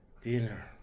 dinner